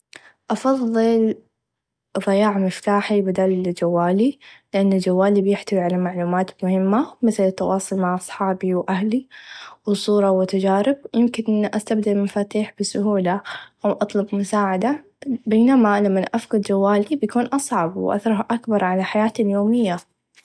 أفظل ظياع مفتاحي بدل چوالي لإن چوالي بيحتوي على معلومات مهمه مثل التواصل مع أصحابي و أهلي و صوره و تچارب يمكن أستبدل مفاتيح بسهوله و أطلب مساعده بينما لمن أفقد چوالي بيكون أصعب و أثره أكبر على حياتي اليوميه.